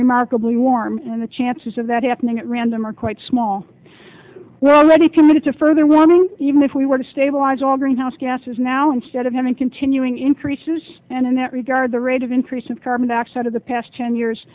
remarkably warm and the chances of that happening at random are quite small well many committed to further warming even if we were to stabilise all greenhouse gases now instead of having continuing increases and in that regard the rate of increase of carbon dioxide of the past ten years